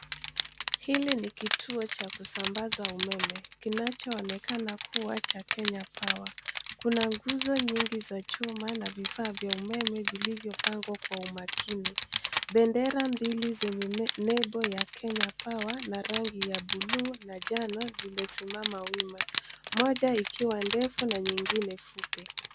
Hili ni kituo cha kusambaza umeme kinachoonekana kuwa cha kenya power .Kuna nguzo nyingi za chuma na vifaa vya umeme vilivyopangwa kwa umakini. Bendera mbili zenye nembo ya Kenya power na rangi ya buluu na njano zimesimama wima. Moja ikiwa ndefu na nyingine fupi.